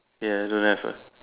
ya I don't have a